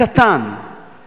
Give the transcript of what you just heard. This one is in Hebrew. שנראה קטן,